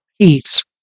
peace